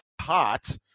hot